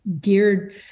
geared